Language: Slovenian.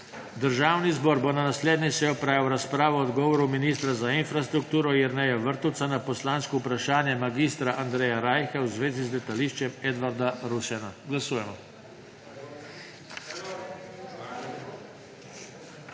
Državni zbor bo na naslednji seji opravil razpravo o odgovoru ministra za infrastrukturo Jerneja Vrtovca na poslansko vprašanje mag. Andreja Rajha v zvezi z Letališčem Edvarda Rusjana. Glasujemo.